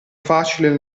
facile